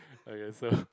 okay so